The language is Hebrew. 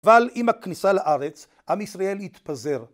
אבל עם הכניסה לארץ, עם ישראל התפזר.